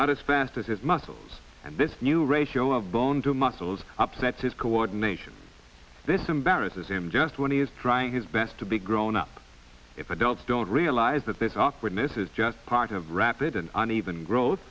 not as fast as his muscles and this new ratio of bone to muscles upsets his coordination this embarrasses him just when he is trying his best to be grown up if adults don't realize that this awkwardness is just part of rapid and uneven growth